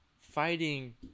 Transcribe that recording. fighting